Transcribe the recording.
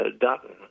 Dutton